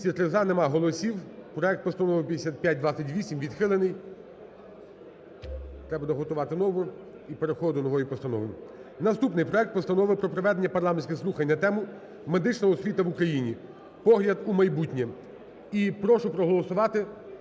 За-203 Немає голосів. Проект постанови 5528 відхилений. Треба буде готувати нову і переходити до нової постанови. Наступний. Проект Постанови про проведення парламентських слухань на тему: "Медична освіта в Україні: погляд у майбутнє". І прошу проголосувати